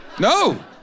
No